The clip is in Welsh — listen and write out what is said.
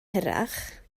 hirach